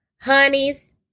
honey's